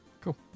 Cool